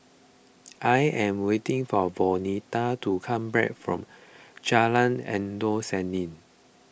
I am waiting for Vonetta to come back from Jalan Endut Senin